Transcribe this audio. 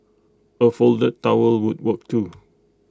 A folded towel would work too